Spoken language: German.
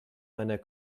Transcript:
meiner